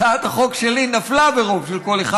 הצעת החוק שלי נפלה ברוב של קול אחד.